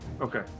okay